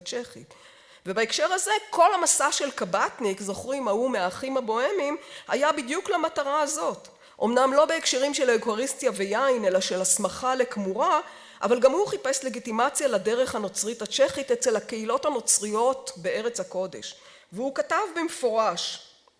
צ'כי. ובהקשר הזה כל המסע של קבטניק, זוכרים, ההוא מהאחים הבוהמים, היה בדיוק למטרה הזאת, אמנם לא בהקשרים של איכוריסטיה ויין אלא של הסמכה לכמורה, אבל גם הוא חיפש לגיטימציה לדרך הנוצרית הצ'כית אצל הקהילות הנוצריות בארץ הקודש, והוא כתב במפורש